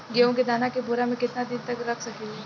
गेहूं के दाना के बोरा में केतना दिन तक रख सकिले?